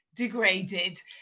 degraded